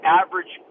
average